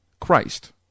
Christ